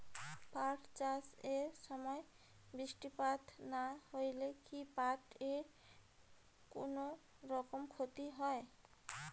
পাট চাষ এর সময় বৃষ্টিপাত না হইলে কি পাট এর কুনোরকম ক্ষতি হয়?